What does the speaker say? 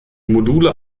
module